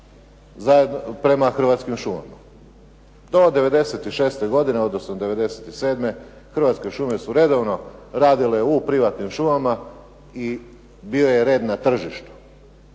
prema Hrvatskim šumama. To od '96. godine odnosno '97. Hrvatske šume su redovno radile u privatnim šumama i bio je red na tržištu